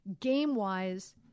game-wise